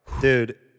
Dude